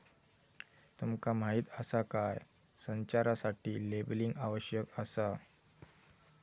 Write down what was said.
तुमका माहीत आसा काय?, संचारासाठी लेबलिंग आवश्यक आसा